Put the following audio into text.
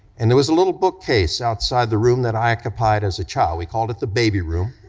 and there was a little bookcase outside the room that i occupied as a child, we called it the baby room.